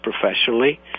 professionally